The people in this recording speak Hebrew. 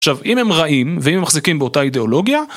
עכשיו, אם הם רעים, ואם הם מחזיקים באותה אידיאולוגיה...